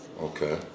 Okay